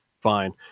fine